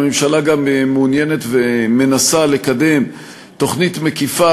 הממשלה גם מעוניינת ומנסה לקדם תוכנית מקיפה